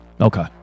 Okay